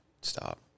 stop